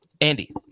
Andy